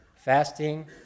fasting